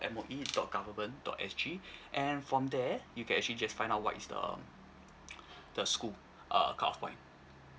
M_O_E dot government dot S G and from there you can actually just find out what is the the school uh cutoff point